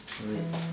wait